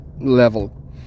level